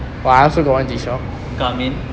garmin